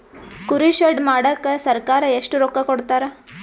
ಕುರಿ ಶೆಡ್ ಮಾಡಕ ಸರ್ಕಾರ ಎಷ್ಟು ರೊಕ್ಕ ಕೊಡ್ತಾರ?